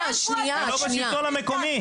זה לא בשלטון המקומי.